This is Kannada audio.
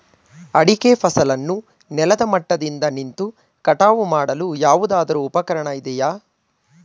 ಅಡಿಕೆ ಫಸಲನ್ನು ನೆಲದ ಮಟ್ಟದಿಂದ ನಿಂತು ಕಟಾವು ಮಾಡಲು ಯಾವುದಾದರು ಉಪಕರಣ ಇದೆಯಾ?